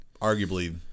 arguably